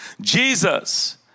Jesus